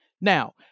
Now